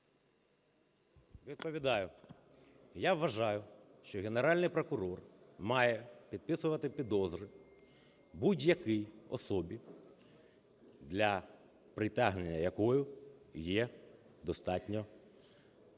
Я вважаю, що Генеральний прокурор має підписувати підозри будь-якій особі, для притягнення якої є достатньо висновків